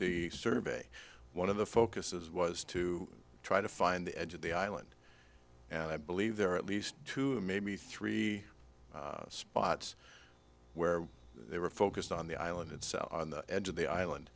the survey one of the focuses was to try to find the edge of the island and i believe there are at least two maybe three spots where they were focused on the island itself on the edge of the island